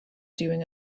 doing